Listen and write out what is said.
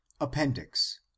Appendix